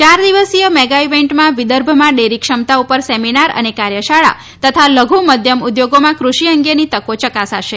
યાર દિવસીય મેગા ઇવેન્ટમાં વિદર્ભમાં ડેરી ક્ષમતા ઉપર સેમિનાર અને કાર્યશાળા તથા લઘુ મધ્યમ ઉદ્યોગોમાં કૃષિ અંગેની તકો ચકાસાશે